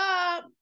up